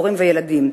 הורים וילדים.